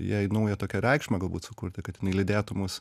jai naują tokią reikšmę galbūt sukurti kad jinai lydėtų mus